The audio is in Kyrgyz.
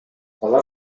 алар